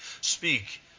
speak